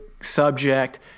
subject